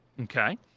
Okay